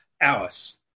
Alice